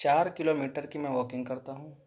چار kilometre کی میں واکنگ کرتا ہوں